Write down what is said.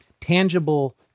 tangible